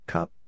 Cup